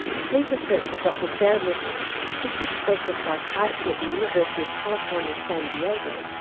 sleep researcher dr sara mednick, assistant professor of psychiatry at the university of california, san diego,